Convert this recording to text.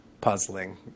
puzzling